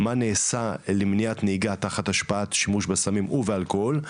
נעשה למניעת נהיגה תחת השפעת שימוש בסמים ובאלכוהול,